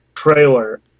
trailer